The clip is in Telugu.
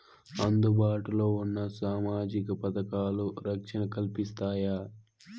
అందుబాటు లో ఉన్న సామాజిక పథకాలు, రక్షణ కల్పిస్తాయా?